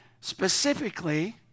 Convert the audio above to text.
Specifically